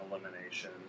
elimination